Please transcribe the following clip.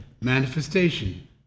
manifestation